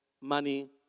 money